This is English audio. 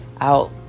out